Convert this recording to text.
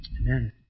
Amen